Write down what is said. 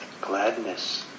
gladness